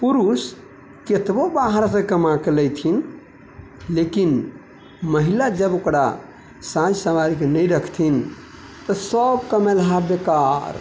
पुरुष कतबो बाहरसँ कमाके लैथिन लेकिन महिला जब ओकरा साँजि संवारिके नहि रखथिन तऽ सब कमेलहा बेकार